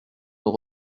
nous